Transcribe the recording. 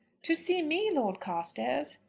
to see me, lord carstairs!